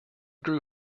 grew